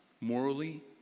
morally